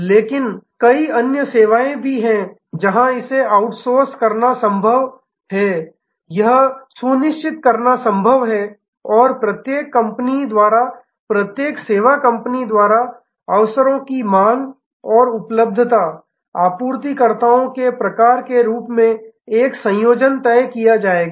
लेकिन कई अन्य सेवाएं भी हैं जहां इसे आउटसोर्स करना संभव है यह सुनिश्चित करना संभव है और प्रत्येक कंपनी द्वारा प्रत्येक सेवा कंपनी द्वारा अवसरों की मांग और उपलब्ध आपूर्तिकर्ताओं के प्रकार के रूप में एक संयोजन तय किया जाएगा